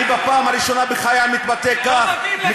בפעם הראשונה בחיי אני מתבטא כך, לא מתאים לך.